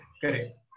correct